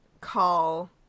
call